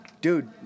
dude